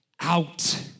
out